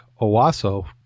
Owasso